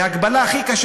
וההגבלה הכי קשה,